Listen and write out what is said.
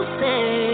say